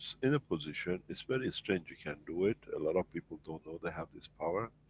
in a position, it's very strange you can do it, a lot of people don't know they have this power,